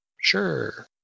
Sure